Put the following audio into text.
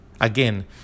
Again